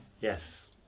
Yes